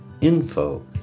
info